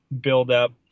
buildup